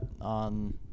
on